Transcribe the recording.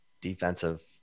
defensive